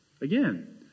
Again